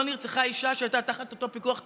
אישה שהייתה תחת אותו פיקוח טכנולוגי.